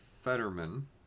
Fetterman